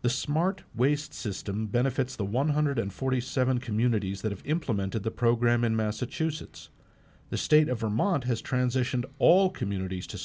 the smart waste system benefits the one hundred forty seven communities that have implemented the program in massachusetts the state of vermont has transitioned all communities to